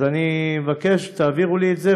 אז אני מבקש שתעבירו לי את זה,